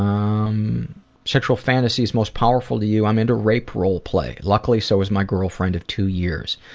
um um sexual fantasies most powerful to you i'm into rape role play. luckily so is my girlfriend of two years.